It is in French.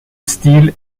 style